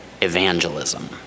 evangelism